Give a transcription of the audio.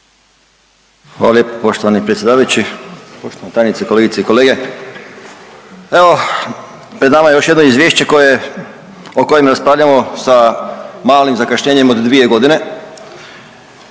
Hvala lijepo poštovani predsjedavajući, poštovana tajnice, kolegice i kolege. Evo, pred nama je još jedno Izvješće koje, o kojem raspravljamo sa malim zakašnjenjem od 2 godine.